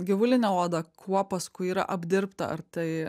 gyvulinė oda kuo paskui yra apdirbta ar tai